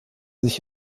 sich